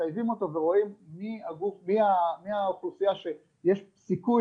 מטייבים אותו ורואים מי האוכלוסייה שיש סיכוי